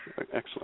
Excellent